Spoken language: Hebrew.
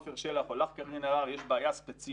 עפר שלח או לך קארין אלהרר יש בעיה ספציפית,